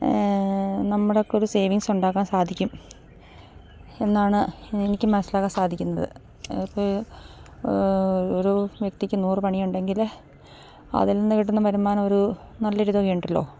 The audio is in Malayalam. നമ്മുടെയൊക്കെ ഒരു സേവിങ്ങ്സ് ഉണ്ടാക്കാൻ സാധിക്കും എന്നാണ് എനിക്ക് മനസ്സിലാക്കാൻ സാധിക്കുന്നത് ഒരു വ്യക്തിക്ക് നൂറ് പണിയുണ്ടെങ്കിൽ അതിൽ നിന്ന് കിട്ടുന്ന വരുമാനമൊരു നല്ലൊരു തുകയുണ്ടല്ലോ